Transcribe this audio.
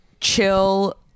chill